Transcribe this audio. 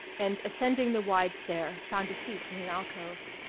and ascending the wide stair found a seat in an alcove.